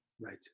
right